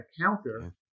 counter